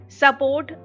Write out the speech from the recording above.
support